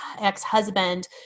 ex-husband